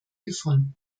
gefunden